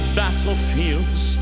battlefields